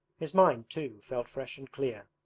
his mind, too, felt fresh and clear.